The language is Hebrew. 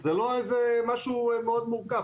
זה לא איזה משהו מאוד מורכב,